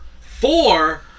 four